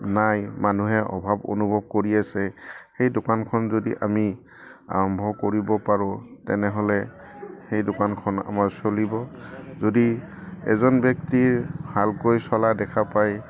নাই মানুহে অভাৱ অনুভৱ কৰি আছে সেই দোকানখন যদি আমি আৰম্ভ কৰিব পাৰোঁ তেনেহ'লে সেই দোকানখন আমাৰ চলিব যদি এজন ব্যক্তিৰ ভালকৈ চলা দেখা পায়